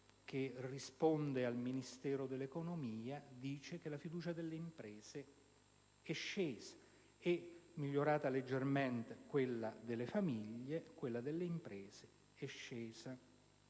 che risponde al Ministero dell'economia, sostiene che la fiducia delle imprese è scesa; è migliorata leggermente quella delle famiglie, mentre quella delle imprese è scesa.